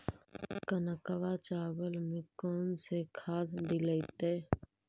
कनकवा चावल में कौन से खाद दिलाइतै?